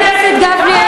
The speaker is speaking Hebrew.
חבר הכנסת גפני,